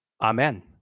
amen